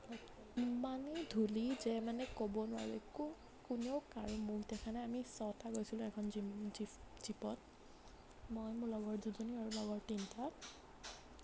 ইমানেই ধূলি যে মানে ক'ব নোৱাৰোঁ একো কোনেও কাৰো মুখ দেখা নাই আমি ছটা গৈছিলোঁ এখন জীম জীম জীপত মই মোৰ লগৰ দুজনী আৰু লগৰ তিনিটা